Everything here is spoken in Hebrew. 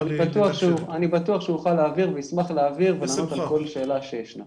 אני בטוח שהוא יוכל להעביר וישמח להעביר ולענות על כל שאלה שישנה.